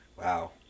Wow